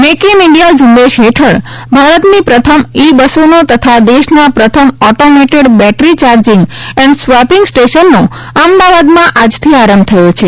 make in India ઝુંબેશ હેઠળ ભારતની પ્રથમ ઇ બસોનો તથા દેશના પ્રથમ automated battery charging and swapping સ્ટેશનનો અમદાવાદમાં આજથી આરંભ થયો છે